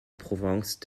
province